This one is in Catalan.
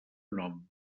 nom